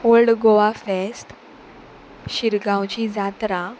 old Goa फेस्त शिरगांवची जात्रा